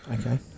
Okay